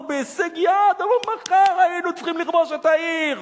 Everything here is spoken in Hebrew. בהישג יד" מחר היינו צריכים לכבוש את העיר,